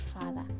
Father